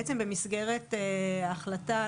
בעצם במסגרת ההחלטה,